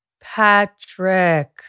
Patrick